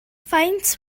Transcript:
faint